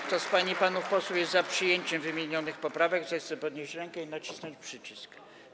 Kto z pań i panów posłów jest za przyjęciem wymienionych poprawek, zechce podnieść rękę i nacisnąć przycisk.